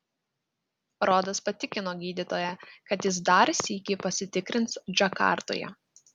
rodas patikino gydytoją kad jis dar sykį pasitikrins džakartoje